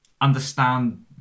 understand